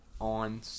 on